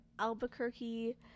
Albuquerque